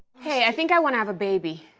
hey, i think i want to have a baby.